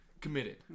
committed